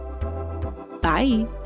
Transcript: Bye